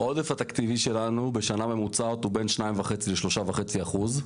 העודף התקציבי שלנו בשנה ממוצעת הוא בין 2.5% ל-3.5%.